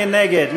מי נגד?